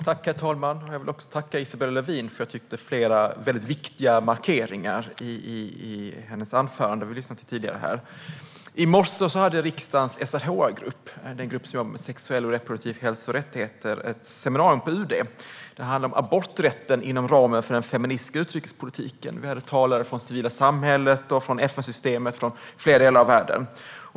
Herr talman! Jag vill tacka Isabella Lövin, för jag tyckte att hon gjorde flera väldigt viktiga markeringar i sitt huvudanförande. I morse hade riksdagens SRHR-grupp, en grupp som jobbar med sexuell och reproduktiv hälsa och rättigheter, ett seminarium på UD om abort-rätten inom ramen för den feministiska utrikespolitiken. Vi hade talare från det civila samhället och FN-systemet från flera delar av världen.